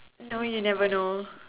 no you never know